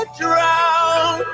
drown